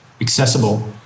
accessible